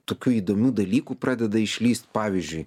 tokių įdomių dalykų pradeda išlįst pavyzdžiui